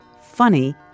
funny